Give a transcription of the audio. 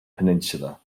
peninsula